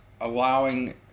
allowing